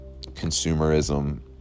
consumerism